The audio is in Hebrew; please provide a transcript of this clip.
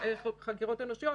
בחקירה אפידמיולוגית